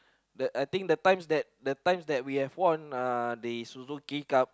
I think the times that the times that we have won uh the Suzuki-Cup